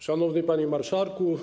Szanowny Panie Marszałku!